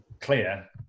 clear